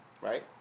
Right